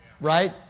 right